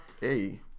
Hey